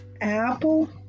Apple